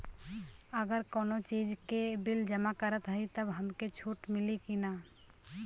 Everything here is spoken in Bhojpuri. अगर कउनो चीज़ के बिल जमा करत हई तब हमके छूट मिली कि ना?